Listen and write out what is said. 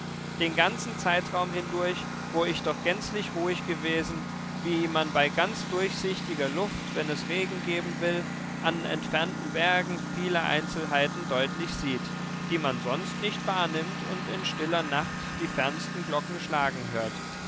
den ganzen zeitraum hindurch wo ich doch gänzlich ruhig gewesen wie man bei ganz durchsichtiger luft wenn es regen geben will an entfernten bergen viele einzelheiten deutlich sieht die man sonst nicht wahrnimmt und in stiller nacht die fernsten glocken schlagen hört